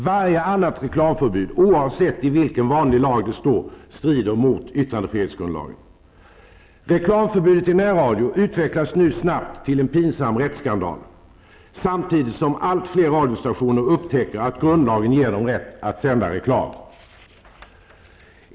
Varje annat reklamförbud, oavsett i vilken vanlig lag det återfinns, strider mot yttrandefrihetsgrundlagen. Reklamförbudet i närradion utvecklas nu snabbt i riktning mot en pinsam rättsskandal, samtidigt som allt fler radiostationer upptäcker att grundlagen ger dem rätt att sända reklam.